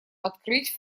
открыть